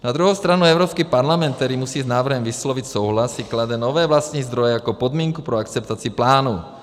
Na druhou stranu Evropský parlament, který musí s návrhem vyslovit souhlas, si klade nové vlastní zdroje jako podmínku pro akceptaci plánu.